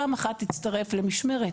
תצטרף למשמרת